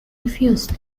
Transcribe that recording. refused